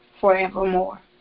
forevermore